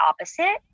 opposite